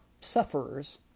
sufferers